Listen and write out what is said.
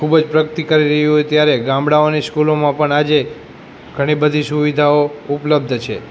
ખૂબ જ પ્રગતિ કરી રહ્યું હોય ત્યારે ગામડાંઓની સ્કૂલોમાં પણ આજે ઘણી બધી સુવિધાઓ ઉપલબ્ધ છે